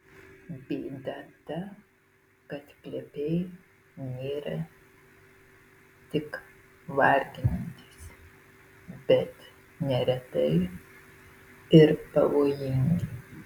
bėda ta kad plepiai nėra tik varginantys bet neretai ir pavojingi